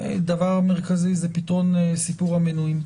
הדבר המרכזי זה פתרון סיפור המנוּעים.